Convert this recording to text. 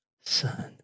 Son